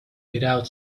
without